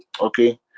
okay